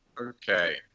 Okay